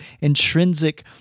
intrinsic